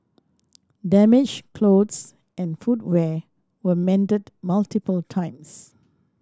damaged clothes and footwear were mended multiple times